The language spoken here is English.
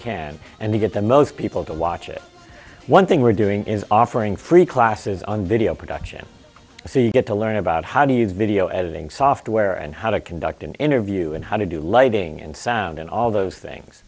can and get the most people to watch it one thing we're doing is offering free classes on video production so you get to learn about how do you video editing software and how to conduct an interview and how to do lighting and sound and all those things